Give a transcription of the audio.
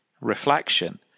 reflection